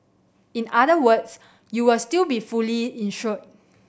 in other words you will still be fully insured